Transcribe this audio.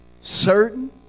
certain